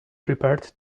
prepared